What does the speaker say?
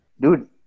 Dude